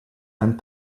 and